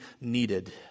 needed